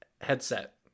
headset